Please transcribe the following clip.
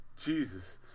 Jesus